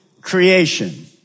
creation